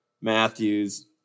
Matthews